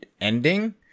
ending